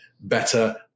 better